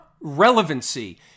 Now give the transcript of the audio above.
relevancy